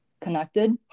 connected